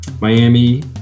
Miami